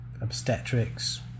obstetrics